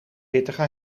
pittige